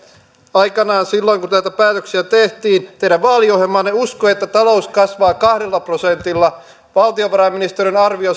aikanaan silloin kun näitä päätöksiä tehtiin teidän vaaliohjelmaanne uskoi että talous kasvaa kahdella prosentilla valtiovarainministeriön arvio